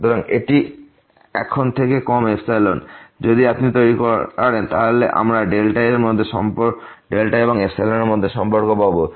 সুতরাং এটি এখন থেকে কম যদি আপনি তৈরি করেন তাহলে আমরা এবং এর মধ্যে সম্পর্ক পাব